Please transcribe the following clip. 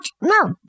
no